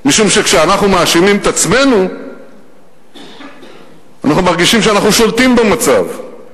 משום שכשאנחנו מאשימים את עצמנו אנחנו מרגישים שאנחנו שולטים במצב,